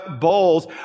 bowls